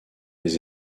les